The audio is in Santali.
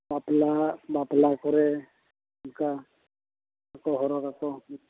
ᱵᱟᱯᱞᱟ ᱵᱟᱯᱞᱟ ᱠᱚᱨᱮ ᱚᱱᱠᱟ ᱠᱚ ᱦᱚᱨᱚᱜᱟᱠᱚ